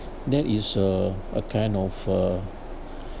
that is a a kind of a